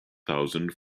thousand